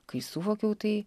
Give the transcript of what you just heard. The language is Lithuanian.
kai suvokiau tai